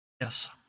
Yes